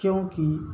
क्योंकि